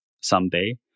someday